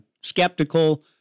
skeptical